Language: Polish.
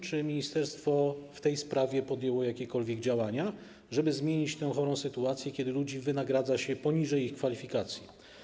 Czy ministerstwo w tej sprawie podjęło jakiekolwiek działania, żeby zmienić tę chorą sytuację, kiedy ludzi wynagradza się poniżej ich kwalifikacji?